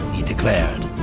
he declared.